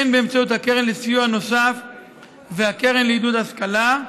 הן באמצעות הקרן לסיוע נוסף והקרן לעידוד ההשכלה,